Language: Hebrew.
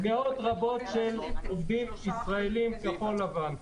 מאות רבות של עובדים ישראלים כחול-לבן.